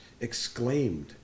exclaimed